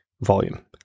volume